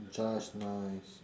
just nice